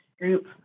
group